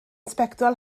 sbectol